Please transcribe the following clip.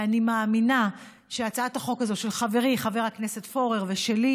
אני מאמינה שהצעת החוק הזו של חברי חבר הכנסת פורר ושלי